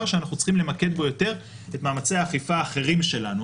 שאנחנו צריכים למקד בו יותר את מאמצי האכיפה האחרים שלנו.